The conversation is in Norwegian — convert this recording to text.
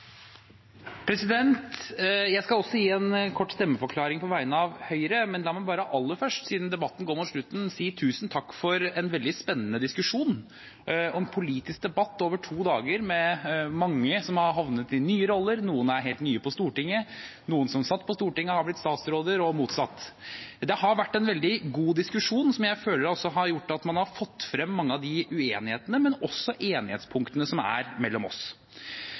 på vegne av Høyre. Men la meg bare aller først – siden debatten går mot slutten – si tusen takk for en veldig spennende diskusjon og en politisk debatt over to dager med mange som har havnet i nye roller. Noen er helt nye på Stortinget, noen som satt på Stortinget, har blitt statsråder og motsatt. Det har vært en veldig god diskusjon som jeg føler har gjort at man har fått frem mange av uenighetene, men også enighetspunktene, som er mellom oss.